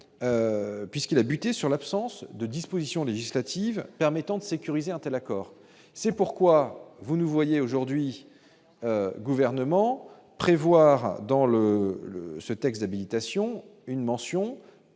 puisqu'il a buté sur l'absence de dispositions législatives permettant de sécuriser untel accord c'est pourquoi vous nous voyez aujourd'hui gouvernement prévoir dans le ce texte habilitation une mention